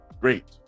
Great